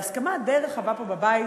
בהסכמה די רחבה פה בבית,